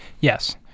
Yes